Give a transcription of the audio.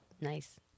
nice